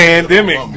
Pandemic